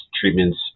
treatments